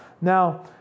Now